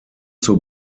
zur